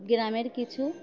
কিছু